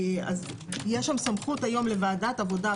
יש סמכות היום לוועדת עבודה,